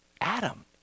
Adam